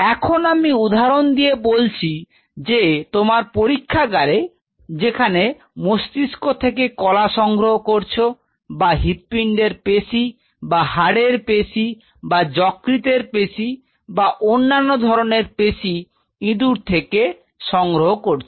এখন আমি একটি উদাহরণ দিয়ে বলছি যে তোমার পরীক্ষাগারে যেখানে মস্তিষ্ক থেকে কলা সংগ্রহ করছো বা হৃদপিন্ডের পেশী বা হাড়ের পেশী বা যকৃতের পেশী বা অন্যান্য ধরনের পেশী ইঁদুর থেকে সংগ্রহ করছো